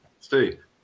Steve